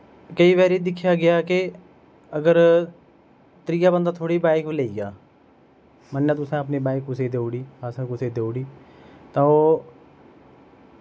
केई बारी दिक्खेआ गेआ के अगर त्रीआ बंदा थुआढ़ी बाईक गी लेई गेआ मन्नेआ तुसैं अपनी बाईक कुसेई देउड़ी असैं कुसेई देउड़ी तां ओह्